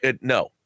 no